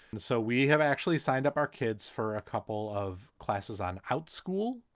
and so we have actually signed up our kids for a couple of classes on out school,